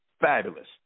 fabulous